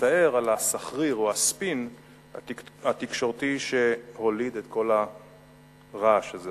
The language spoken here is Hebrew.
להצטער על הסחריר או הספין התקשורתי שהוליד את כל הרעש הזה,